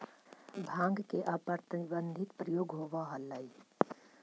भाँग के अप्रतिबंधित प्रयोग होवऽ हलई